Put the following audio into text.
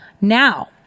Now